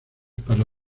para